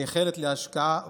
שמייחלת להשקעה ופתרונות.